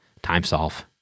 TimeSolve